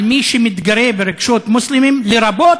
על מי שמתגרה ברגשות מוסלמים, לרבות